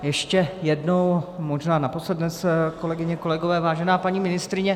Ještě jednou, možná naposled dnes, kolegyně, kolegové, vážená paní ministryně.